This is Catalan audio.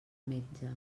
metge